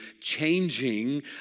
changing